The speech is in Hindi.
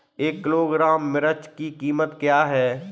एक किलोग्राम मिर्च की कीमत क्या है?